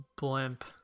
blimp